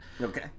Okay